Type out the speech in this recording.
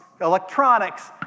Electronics